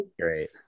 Great